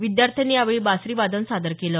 विद्यार्थ्यांनी यावेळी बासरी वादन सादर केलं